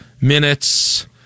minutes